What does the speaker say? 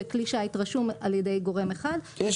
שכלי שיט רשום על ידי גורם אחד --- יש